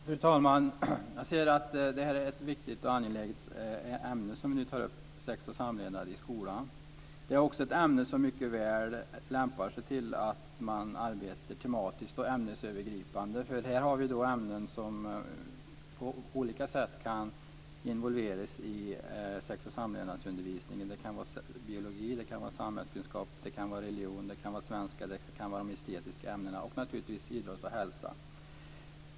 Fru talman! Sex och samlevnadsundervisning i skolan är ett viktigt och angeläget ämne. Det är också ett ämne som väl lämpar sig för tematiskt och ämnesövergripande arbete. Här finns ämnen som på olika sätt kan involveras i sex och samlevnadsundervisningen. Det kan vara biologi, det kan vara samhällskunskap, det kan vara religion, det kan vara svenska, det kan vara de estetiska ämnena och naturligtvis idrott och hälsa.